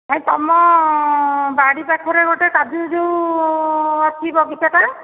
ନାଇଁ ତୁମ ବାଡ଼ି ପାଖରେ ଗୋଟେ କାଜୁ ଯେଉଁ ଅଛି ବଗିଚାଟା